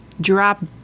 drop